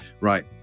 right